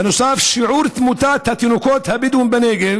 בנוסף, שיעור תמותת התינוקות הבדואים בנגב